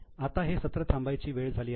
आता हे सत्र थांबायची वेळ झाली आहे